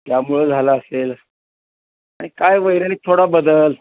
त्यामुळं झालं असेल आणि काय वैराणीत थोडा बदल